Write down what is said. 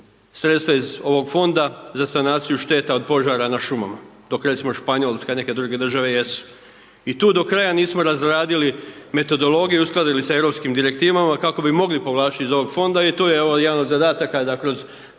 sredstva iz ovog fonda za sanaciju šteta od požara na šumama dok recimo Španjolska i neke druge države jesu. I tu do kraja nismo razradili metodologiju, uskladili je sa europskim direktivama kako bi mogli povlačiti iz fonda i tu evo jedan od zadataka da kroz